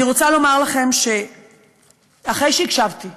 אני רוצה לומר לכם שאחרי שהקשבתי